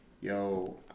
yo